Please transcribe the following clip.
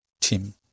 team